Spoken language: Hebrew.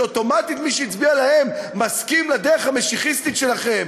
שאוטומטית מי שהצביע להם מסכים לדרך המשיחיסטית שלכם,